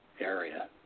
area